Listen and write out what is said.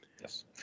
Yes